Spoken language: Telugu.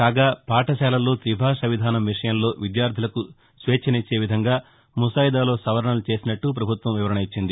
కాగా పాఠశాలల్లో తిభాష విధానం విషయంలో విద్యార్యలకు స్వేచ్చనిచ్చే విధంగా ముసాయిదాలో సవరణలు చేసినట్ల పభుత్వం వివరణ ఇచ్చింది